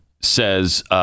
says